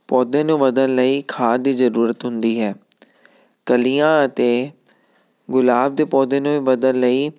ਪੌਦੇ ਨੂੰ ਵਧਣ ਲਈ ਖਾਦ ਦੀ ਜ਼ਰੂਰਤ ਹੁੰਦੀ ਹੈ ਕਲੀਆਂ ਅਤੇ ਗੁਲਾਬ ਦੇ ਪੌਦੇ ਨੂੰ ਵੀ ਵਧਣ ਲਈ